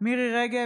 מירי מרים רגב,